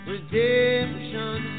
Redemption